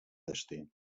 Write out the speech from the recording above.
destí